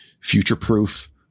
future-proof